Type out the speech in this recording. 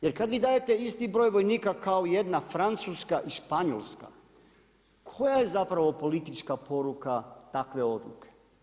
Jer kad vi dajete isti broj vojnika kao jedna Francuska i Španjolska, koja je zapravo politička poruka takve odluke?